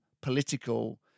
political